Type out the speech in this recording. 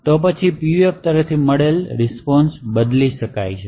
તો પછી PUF તરફથી મળેલ રીસ્પોન્શ બદલી શકાય છે